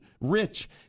rich